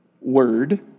Word